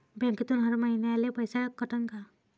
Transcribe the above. बँकेतून हर महिन्याले पैसा कटन का?